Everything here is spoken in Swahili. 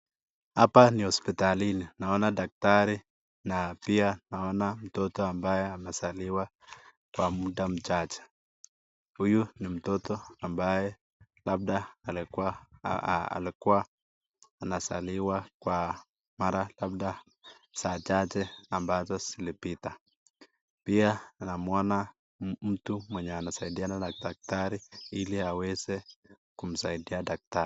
Hapa ni hospitalini, naona daktari na pia naona mtoto ambaye amezaliwa kwa muda mchache, huyu ni mtoto ambaye labda alikua anazaliwa kwa mara labda za chache ambazo zilipita, pia naona mtu mwenye anasaidiana na daktari ili aweze kumsaidia daktari.